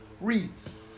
Reads